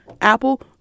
Apple